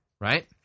right